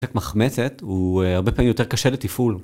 לחם מחמצת הוא הרבה פעמים יותר קשה לתפעול.